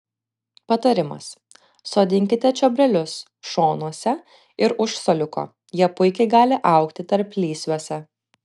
patarimas sodinkite čiobrelius šonuose ir už suoliuko jie puikiai gali augti tarplysviuose